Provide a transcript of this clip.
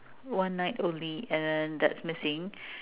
one night only and then that's missing